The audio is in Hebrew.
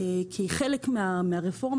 כי כחלק מהרפורמה